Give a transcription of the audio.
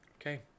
okay